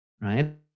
right